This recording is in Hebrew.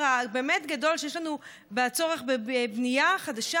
הבאמת-גדול שיש לנו והצורך בבנייה חדשה,